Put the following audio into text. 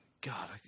God